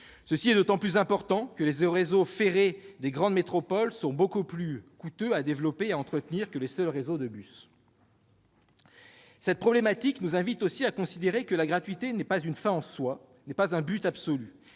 C'est d'autant plus important que les réseaux ferrés des grandes métropoles sont beaucoup plus coûteux à développer et à entretenir que les seuls réseaux de bus. Cette problématique nous invite aussi à considérer que la gratuité n'est pas une fin en soi ni un but absolu.